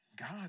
God